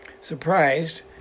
Surprised